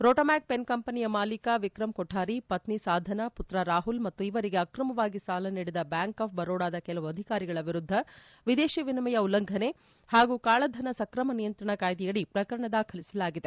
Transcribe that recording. ರೊಟೊಮ್ಲಾಕ್ pen ಕಂಪನಿಯ ಮಾಲೀಕ ವಿಕ್ರಮ್ ಕೊಠಾರಿ ಪತ್ನಿ ಸಾಧನಾ ಪುತ್ರ ರಾಹುಲ್ ಮತ್ತು ಇವರಿಗೆ ಅಕ್ರಮವಾಗಿ ಸಾಲ ನೀಡಿದ ಬ್ಲಾಂಕ್ ಆಫ್ ಬರೋಡಾದ ಕೆಲವು ಅಧಿಕಾರಿಗಳ ವಿರುದ್ದ ವಿದೇಶಿ ವಿನಿಮಯ ಉಲ್ಲಂಘನೆ ಹಾಗೂ ಕಾಳಧನ ಸ್ತ್ರಮ ನಿಯಂತ್ರಣ ಕಾಯಿದೆಯಡಿ ಪ್ರಕರಣ ದಾಖಲಿಸಲಾಗಿದೆ